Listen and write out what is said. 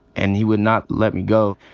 and he would not let me go.